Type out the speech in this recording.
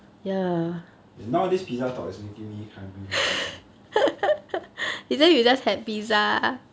and nowadays pizza talk is making me hungry for pizza